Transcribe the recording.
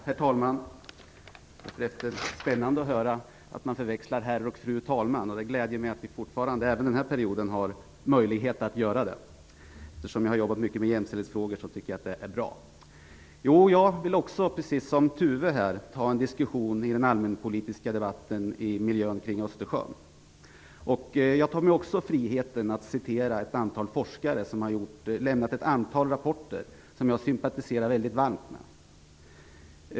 Herr talman! Det gläder mig att vi även den här perioden har möjlighet att förväxla titlarna herr talman och fru talman. Eftersom jag har jobbat mycket med jämställdhetsfrågor, tycker jag att det är bra. Jag vill precis som Tuve Skånberg ta upp en diskussion i den allmänpolitiska debatten om miljön kring Östersjön. Jag tar mig också friheten att åberopa ett antal forskare som har lämnat ett antal rapporter som jag sympatiserar väldigt varmt med.